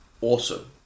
Awesome